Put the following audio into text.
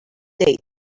date